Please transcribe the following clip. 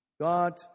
God